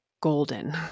golden